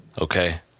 Okay